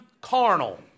carnal